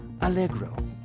allegro